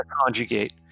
conjugate